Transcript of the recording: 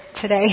today